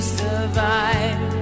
survive